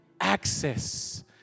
access